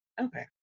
okay